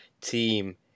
team